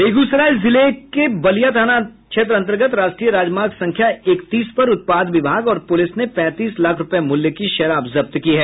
बेगूसराय जिले के बलिया थाना अन्तर्गत राष्ट्रीय राजमार्ग संख्या इकतीस पर उत्पाद विभाग और पुलिस ने पैंतीस लाख रूपये मूल्य की शराब जब्त की है